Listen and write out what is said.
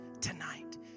tonight